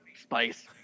Spice